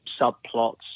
subplots